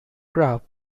graph